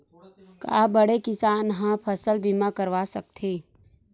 का बड़े किसान ह फसल बीमा करवा सकथे?